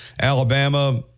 Alabama